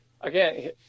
Again